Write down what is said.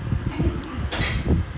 more fuck that I quite lazy